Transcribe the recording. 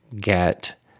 get